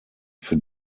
für